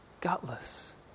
gutless